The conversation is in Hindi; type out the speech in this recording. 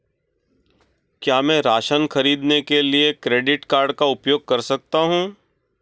क्या मैं राशन खरीदने के लिए क्रेडिट कार्ड का उपयोग कर सकता हूँ?